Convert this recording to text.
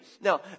Now